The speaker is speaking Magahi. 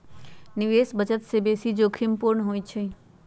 निवेश बचत से बेशी जोखिम पूर्ण होइ छइ